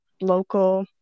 local